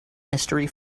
mystery